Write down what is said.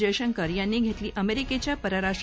जयशंकर यांनी घेतली अमेरिकेच्या परराष्ट्र